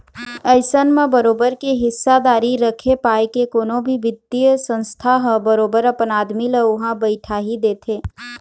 अइसन म बरोबर के हिस्सादारी रखे पाय के कोनो भी बित्तीय संस्था ह बरोबर अपन आदमी ल उहाँ बइठाही देथे